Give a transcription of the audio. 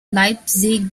leipzig